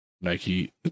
Nike